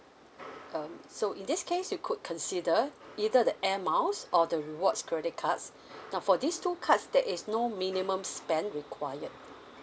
um so in this case you could consider either the air miles or the rewards credit cards now for these two cards there is no minimum spend required